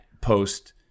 post